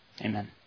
Amen